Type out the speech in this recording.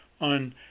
on